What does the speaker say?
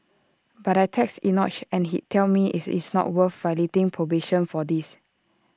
but I'd text Enoch and he'd tell me IT is not worth violating probation for this